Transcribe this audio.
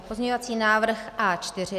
Pozměňovací návrh A4.